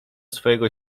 swojego